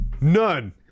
None